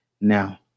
Now